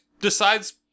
decides